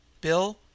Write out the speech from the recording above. Bill